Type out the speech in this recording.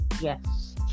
Yes